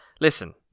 Listen